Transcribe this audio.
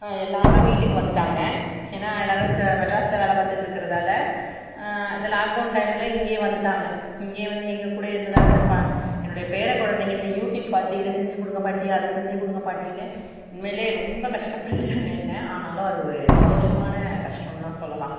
எல்லாேரும் வீட்டுக்கு வந்துவிட்டாங்க ஏன்னால் எல்லாேரும் ச மெட்ராஸ்சில் வேலை பார்த்துட்ருக்குறதால இந்த லாக் டவுன் டைமில் இங்கேயே வந்துவிட்டாங்க இங்கேயே வந்து எங்கள் கூடயே இருந்ததால் இந்த ப என்னுடைய பேர குழந்தைங்க இந்த யூடியூப் பார்த்து இதை செஞ்சு கொடுங்க பாட்டி அதை செஞ்சு கொடுங்க பாட்டினு உண்மையிலே ரொம்ப கஷ்டப்படுத்திவிட்டாங்க என்ன ஆனாலும் அது ஒரு சந்தோஷமான கஷ்டம்தான் சொல்லலாம்